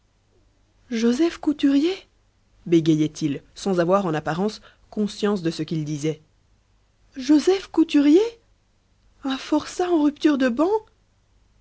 joseph couturier bégayait il sans avoir en apparence conscience de ce qu'il disait joseph couturier un forçat en rupture de ban